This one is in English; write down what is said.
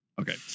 Okay